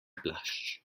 plašč